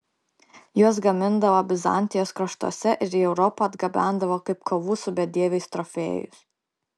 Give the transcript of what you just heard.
juos gamindavo bizantijos kraštuose ir į europą atgabendavo kaip kovų su bedieviais trofėjus